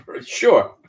Sure